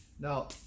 Now